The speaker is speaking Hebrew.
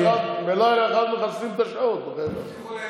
בלילה אחד הם מחסלים את השעות, בחייך.